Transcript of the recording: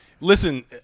listen